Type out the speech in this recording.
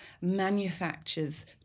manufactures